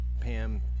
Pam